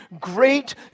great